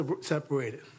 separated